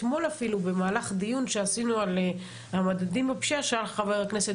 אתמול אפילו במהלך דיון שעשינו על המדדים בפשיעה שאל חבר הכנסת